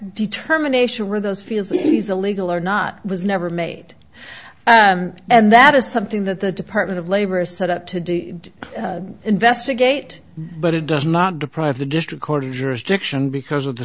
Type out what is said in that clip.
determination where those feels he's a legal or not was never made and that is something that the department of labor is set up to do investigate but it does not deprive the district court of jurisdiction because of the